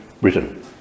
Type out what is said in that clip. Britain